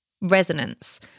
resonance